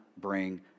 bring